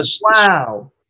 Wow